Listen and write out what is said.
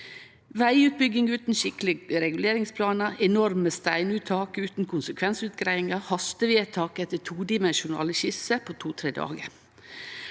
vegutbygging utan skikkelege reguleringsplanar, enorme steinuttak utan konsekvensutgreiingar, hastevedtak etter todimensjonale skisser på to–tre dagar.